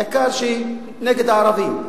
העיקר שהיא נגד הערבים,